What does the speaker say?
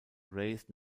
raised